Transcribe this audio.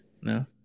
no